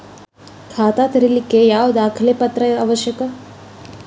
ಖಾತಾ ತೆರಿಲಿಕ್ಕೆ ಯಾವ ದಾಖಲೆ ಪತ್ರ ಅವಶ್ಯಕ?